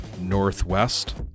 northwest